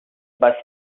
bus